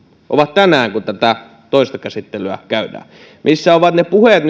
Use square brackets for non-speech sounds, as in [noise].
ovat tänään kun tätä toista käsittelyä käydään missä ovat nyt ne puheet [unintelligible]